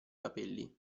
capelli